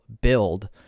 build